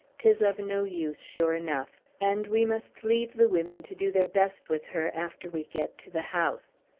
tis of no use, sure enough and we must leave the women to do their best with her, after we get to the house.